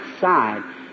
side